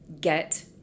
get